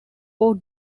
four